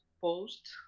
post